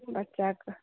बच्चा कऽ